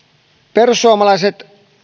perussuomalaiset